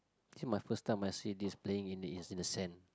it must first time must see this playing is in the sand